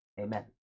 Amen